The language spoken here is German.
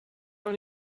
auch